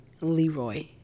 Leroy